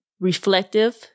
Reflective